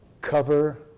cover